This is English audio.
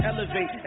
Elevate